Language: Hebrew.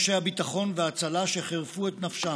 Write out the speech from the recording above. את אנשי הביטחון וההצלה שחירפו את נפשם,